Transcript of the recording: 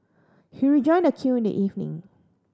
he rejoined the queue in the evening